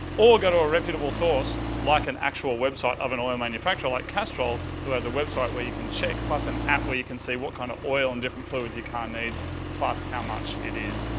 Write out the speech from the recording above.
or go to a reputable source like an actual website of an oil manufacturer like castrol who has a website where you can check plus an app where you can see what kind of oil and different fluids your car needs plus how much it is.